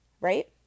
Right